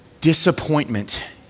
disappointment